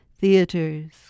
theaters